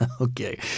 Okay